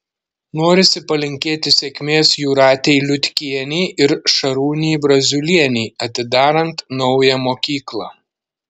norisi palinkėti sėkmės jūratei liutkienei ir šarūnei braziulienei atidarant naują mokyklą